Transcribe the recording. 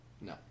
No